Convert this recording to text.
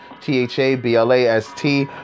t-h-a-b-l-a-s-t